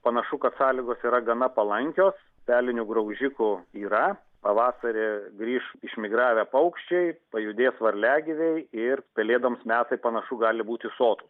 panašu kad sąlygos yra gana palankios pelinių graužikų yra pavasarį grįš išmigravę paukščiai pajudės varliagyviai ir pelėdoms metai panašu gali būti sotūs